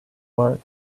work